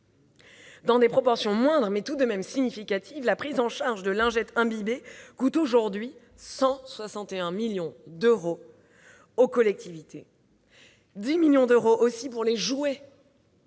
Dans des proportions moindres, mais tout de même significatives, la prise en charge des lingettes imbibées coûte aujourd'hui 161 millions d'euros aux collectivités. Pour les jouets,